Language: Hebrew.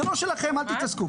זה לא שלכם, אל תתעסקו.